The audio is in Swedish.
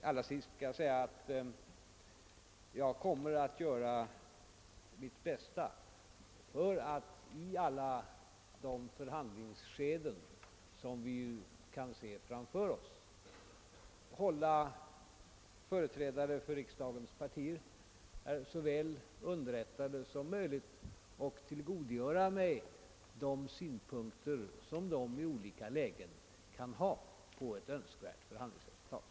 Till sist vill jag säga att jag kommer att göra mitt bästa för att i de förhandlingsskeden, som vi kan se framför oss, hålla företrädare för riksdagens partier så väl underrättade som möjligt och tillgodogöra mig de synpunkter som de i olika lägen kan ha på ett önskvärt förhandlingsresultat.